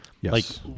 yes